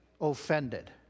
offended